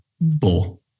bull